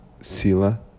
sila